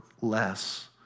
less